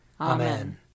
Amen